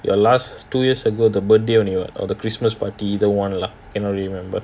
your last two years ago the birthday on your or the christmas party either one lah cannot remember